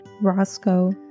Roscoe